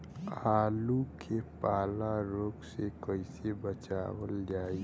आलू के पाला रोग से कईसे बचावल जाई?